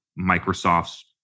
Microsoft's